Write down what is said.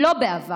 לא בעבר,